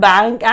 Bank